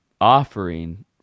offering